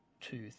two